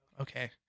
Okay